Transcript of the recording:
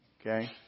okay